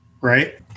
right